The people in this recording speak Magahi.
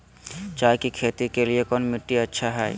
चाय की खेती के लिए कौन मिट्टी अच्छा हाय?